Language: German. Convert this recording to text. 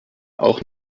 auch